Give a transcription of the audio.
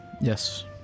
Yes